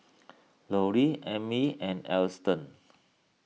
Lollie Emmy and Alston